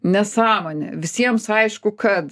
nesąmonė visiems aišku kad